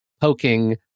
poking